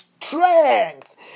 strength